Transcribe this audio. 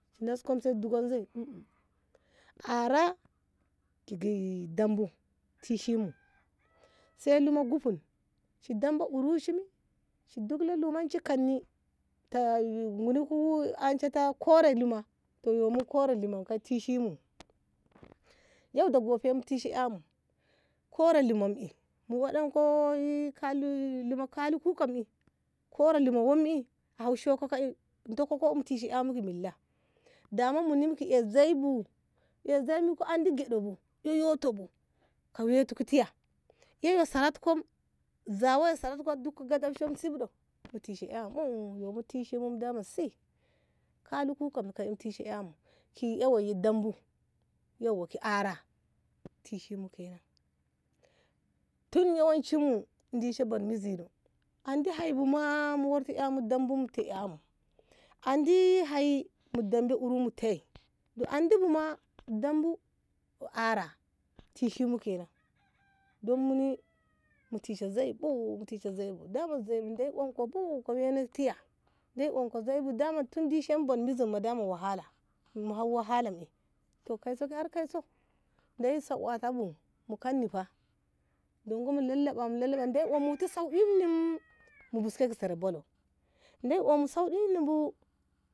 nas kon de zuwano ara ki dambu tishimu sai lumo guffon shi duk mo luwanshi kadni ta goni ku ance ta kore luma to yumu kore lumam ko tishimu yau da gobe mu tishi aymu kore luman ey mu wadan ko kei kukanki kore luman wan'i houshe ku damu mu tishe ka milla muni kai zui bu ae zui yi ka andi gyedau eh yuto bu ka waiti ki iya ey ka saratkau zawai saratko dikou ka damshe sibu bu ae mu tishi ae mu gumsi mukam mutishi aymu ki auyo yi mu ishi dambu mu ishi ara tishin mu kenan duk awancin mu dishe ben mizinau andi haibuma warti aymu dambo mu tai aemu andi haima dambi urum mu tai di andibu ma dambo ki ara ey tishi mu kenan dan mune mu tishi ma zui bu daman zui ne unko bu kaweina tiya zuibu daman tin dishene buni ma zi wahala mu wahalal ey to kaiso sa har kaiso lai'i sauwatibu ba mu koni fa lalaba mu lalaba deiyi un moti sauki en mu biske ka sar ballau deiyi un muti sauki ni bu